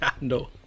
No